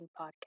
podcast